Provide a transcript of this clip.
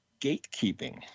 gatekeeping